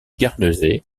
guernesey